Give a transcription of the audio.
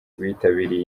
bitabiriye